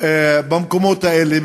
במקומות האלה,